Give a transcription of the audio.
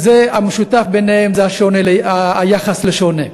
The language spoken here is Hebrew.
והמשותף זה היחס לשונה.